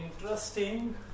interesting